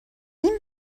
این